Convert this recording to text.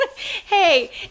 hey